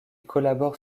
collabore